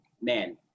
man